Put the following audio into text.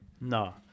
No